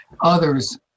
others